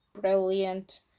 brilliant